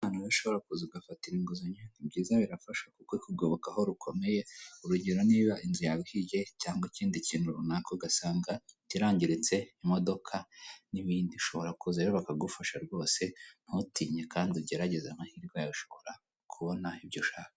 Aha niho ushobora kuza ugafatira inguzanyo ni byiza birafasha kuko ikugoboka aho rukomeye, urugero niba inzu yawe ihiye cyangwa ikindi kintu runaka ugasanga kirangiritse, imodoka n'ibindi ushobora kuza rero bakagufasha rwose. Ntutinye kandi ugeregeze amahirwe yawe ushobora kubona ibyo ushaka.